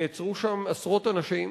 נעצרו שם עשרות אנשים,